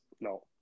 No